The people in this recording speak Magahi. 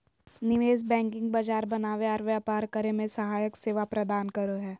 निवेश बैंकिंग बाजार बनावे आर व्यापार करे मे सहायक सेवा प्रदान करो हय